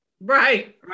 Right